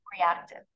reactive